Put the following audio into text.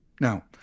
Now